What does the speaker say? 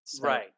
Right